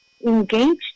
engaged